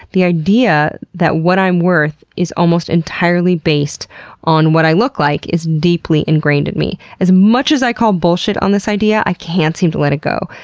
the idea that what i'm worth is almost entirely based on what i look like is deeply ingrained in me. as much as i call bullshit on this idea, i can't seem to let it go.